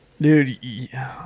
Dude